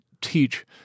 teach